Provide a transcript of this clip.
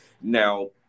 now